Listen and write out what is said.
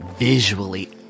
Visually